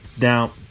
Now